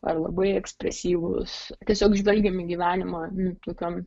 ar labai ekspresyvūs tiesiog žvelgiam į gyvenimą nu tokiom